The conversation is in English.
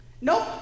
Nope